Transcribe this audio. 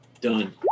Done